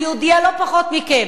אני יהודייה לא פחות מכם.